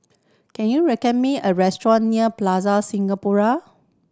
can you recommend me a restaurant near Plaza Singapura